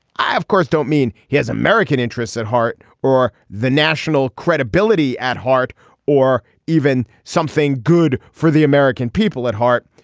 i of course don't mean he has american interests at heart or the national credibility at heart or even something good for the american people at heart.